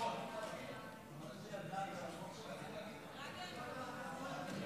(עבודת לילה בתקופת חופשת לימודים רשמית),